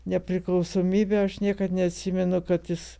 nepriklausomybę aš niekad neatsimenu kad jis